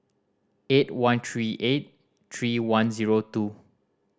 eight one three eight three one zero two